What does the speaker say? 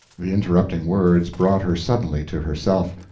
the interrupting words brought her suddenly to herself.